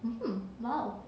mmhmm !wow!